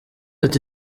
ati